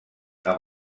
amb